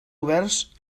oberts